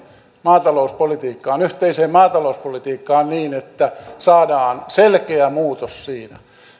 maatalouspolitiikkaan yhteiseen maatalouspolitiikkaan niin että siinä saadaan selkeä muutos